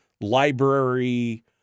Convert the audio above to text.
library